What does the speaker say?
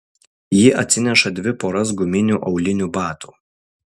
ji atsineša dvi poras guminių aulinių batų